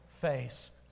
face